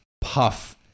puff